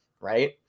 right